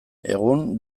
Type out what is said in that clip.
egun